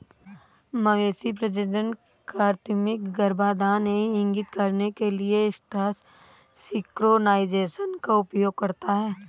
मवेशी प्रजनन कृत्रिम गर्भाधान यह इंगित करने के लिए एस्ट्रस सिंक्रोनाइज़ेशन का उपयोग करता है